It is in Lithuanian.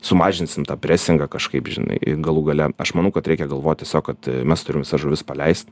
sumažinsim tą presingą kažkaip žinai galų gale aš manau kad reikia galvot tiesiog kad mes turim visas žuvis paleist